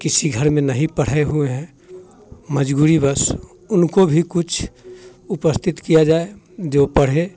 किसी घर में नहीं पढ़े हुए हैं मजबूरीवश उनको भी कुछ उपस्थित किया जाए जो पढ़े